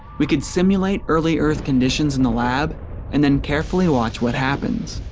we can simulate early earth conditions in the lab and then carefully watch what happens.